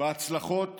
בהצלחות